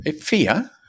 fear